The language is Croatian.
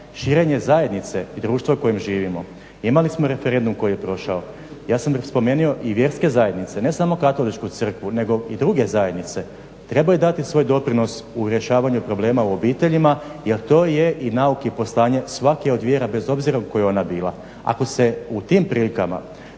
širenje zajednice i društva u kojem živimo, imali smo referendum koji je prošao. Ja sam spomenuo i vjerske zajednice, ne samo Katoličku crkvu nego i druge zajednice trebaju dati svoj doprinos u rješavanju problema u obiteljima jer to je i nauk i poslanje svake od vjera bez obzira koja ona bila. Ako se u tim prilikama,